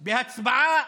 בהצבעה,